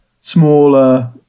smaller